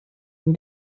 ihn